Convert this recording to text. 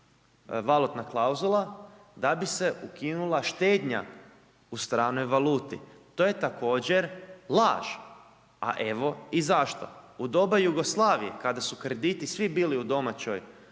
valutna klauzula, da bi se ukinula štednja u stranoj valuti. To je također laž a evo i zašto. U doba Jugoslavije kada su krediti svi bili u domaćoj